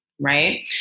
right